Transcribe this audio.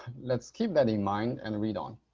let's keep that in mind and read on.